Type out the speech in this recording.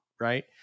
right